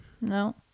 No